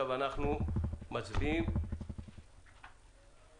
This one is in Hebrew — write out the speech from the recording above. אין הרוויזיה אושרה.